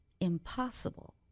Impossible